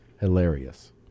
hilarious